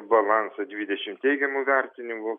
balansą dvidešim teigiamų vertinimų